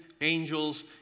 angels